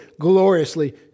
Gloriously